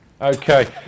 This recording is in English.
Okay